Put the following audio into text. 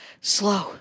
slow